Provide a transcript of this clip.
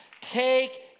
Take